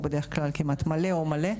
הוא בדרך כלל כמעט מלא או מלא.